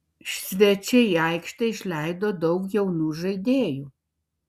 svečiai į aikštę išleido daug jaunų žaidėjų